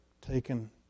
taken